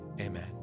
Amen